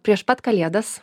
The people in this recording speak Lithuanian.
prieš pat kalėdas